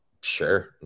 sure